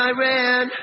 Iran